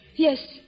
Yes